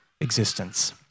existence